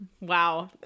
Wow